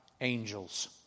angels